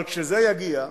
אבל כשזה יגיע,